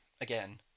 again